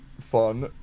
fun